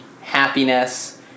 happiness